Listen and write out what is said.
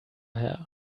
hair